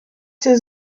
cię